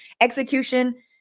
Execution